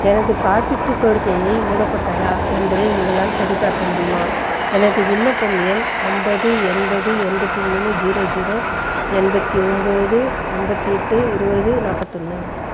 எனது காப்பீட்டுக் கோரிக்கையை மூடப்பட்டதா என்பதை உங்களால் சரிபார்க்க முடியுமா எனது விண்ணப்பம் எண் ஐம்பது எண்பது எண்பத்தி மூணு ஜீரோ ஜீரோ எண்பத்தி ஒம்பது ஐம்பத்தி எட்டு இருபது நாப்பத்தொன்று